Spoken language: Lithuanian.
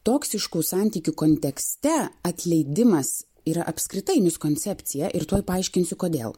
toksiškų santykių kontekste atleidimas yra apskritai mūsų koncepcija ir tuoj paaiškinsiu kodėl